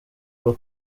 muri